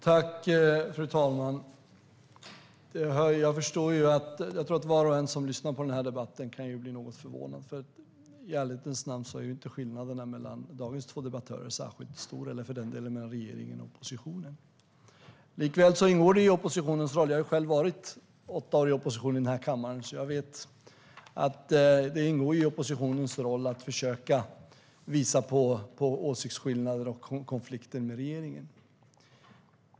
Fru talman! Jag tror att var och en som lyssnar på debatten kan bli något förvånad. I ärlighetens namn är inte skillnaden mellan dagens två debattörer eller för den delen mellan regeringen och oppositionen särskilt stor. Likväl ingår det i oppositionens roll. Jag har själv varit åtta år i opposition i den här kammaren. Jag vet att det ingår i oppositionens roll att försöka visa på åsiktsskillnader och konflikter med regeringen.